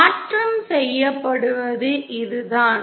மாற்றம் செய்யப்படுவது இதுதான்